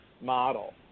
model